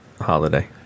holiday